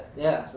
yeah,